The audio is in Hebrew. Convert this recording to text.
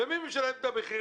ומי משלם את המחיר?